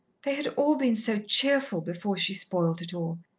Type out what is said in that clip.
they had all been so cheerful before she spoilt it all,